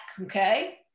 okay